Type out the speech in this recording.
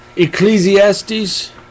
Ecclesiastes